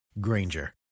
Granger